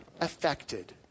affected